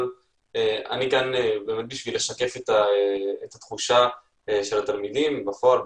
אבל אני כאן כדי לשקף את התחושה של התלמידים בפועל,